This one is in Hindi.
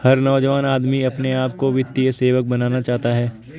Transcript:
हर नौजवान आदमी अपने आप को वित्तीय सेवक बनाना चाहता है